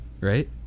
right